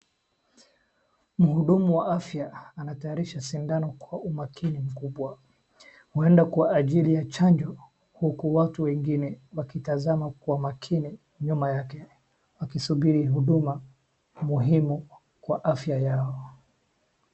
Mhudumu wa afya anatayarisha sindano kwa umakini mkubwa, huenda kwa ajili ya chanjo huku watu wengine wakitazama kwa makini nyuma yake wakisubiri huduma muhimu kwa afya yao.